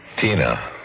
Tina